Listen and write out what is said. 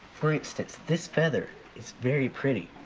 for instance, this feather is very pretty,